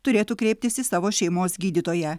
turėtų kreiptis į savo šeimos gydytoją